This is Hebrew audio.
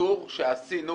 כוויתור שעשינו